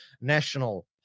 National